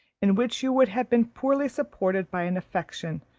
in which you would have been poorly supported by an affection,